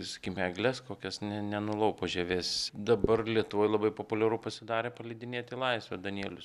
sakykim egles kokias ne nenulaupo žievės dabar lietuvoj labai populiaru pasidarė paleidinėt į laisvę danielius